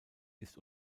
ist